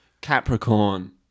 Capricorn